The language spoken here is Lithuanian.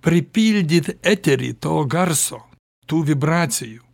pripildyt eterį to garso tų vibracijų